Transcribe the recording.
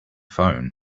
phone